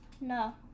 no